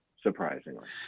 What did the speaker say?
surprisingly